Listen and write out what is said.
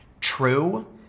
True